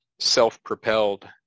self-propelled